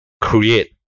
create